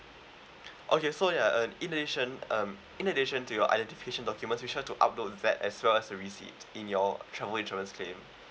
okay so ya uh in addition um in addition to your identification document you also have to upload that as well as your receipt in your travel insurance claim